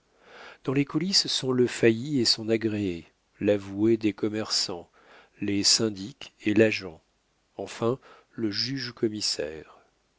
dans les coulisses sont le failli et son agréé l'avoué des commerçants les syndics et l'agent enfin le juge commissaire